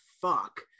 fuck